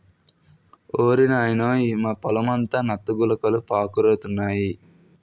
ఓరి నాయనోయ్ మా పొలమంతా నత్త గులకలు పాకురుతున్నాయి